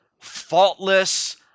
faultless